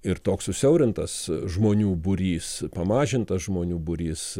ir toks susiaurintas žmonių būrys pamažintas žmonių būrys